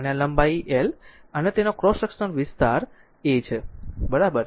અને આ લંબાઈ l અને તેનો ક્રોસ સેક્શન વિસ્તાર A છે બરાબર